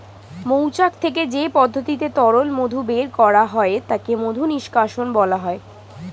মৌচাক থেকে যে পদ্ধতিতে তরল মধু বের করা হয় তাকে মধু নিষ্কাশণ বলা হয়